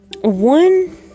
one